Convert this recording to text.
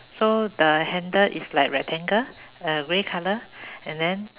so the handle is like rectangle uh grey color and then